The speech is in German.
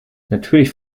natürlich